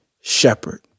shepherd